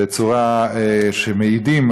בצורה שמעידים,